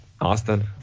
Austin